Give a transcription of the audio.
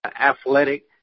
athletic